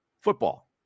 football